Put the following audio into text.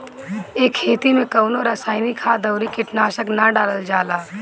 ए खेती में कवनो रासायनिक खाद अउरी कीटनाशक ना डालल जाला